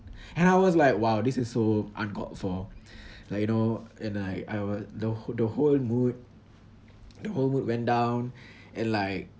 and I was like !wow! this is so uncalled for like you know and I I would the the whole mood the whole mood went down and like